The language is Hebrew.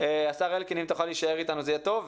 השר אלקין, אם תוכל להישאר אתנו, זה יהיה טוב.